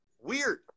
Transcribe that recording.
weird